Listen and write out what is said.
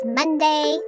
Monday